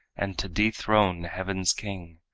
and to dethrone heaven's king,